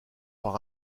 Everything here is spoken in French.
par